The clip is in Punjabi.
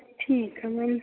ਠੀਕ ਹੈ ਮੈਮ